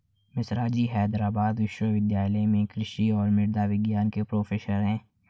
मिश्राजी हैदराबाद विश्वविद्यालय में कृषि और मृदा विज्ञान के प्रोफेसर हैं